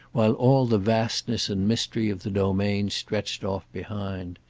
while all the vastness and mystery of the domain stretched off behind.